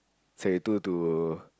seventy two to